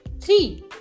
three